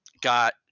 got